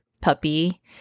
puppy